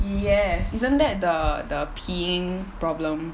yes isn't that the the peeing problem